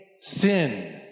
sin